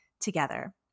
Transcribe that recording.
together